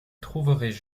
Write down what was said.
trouveraient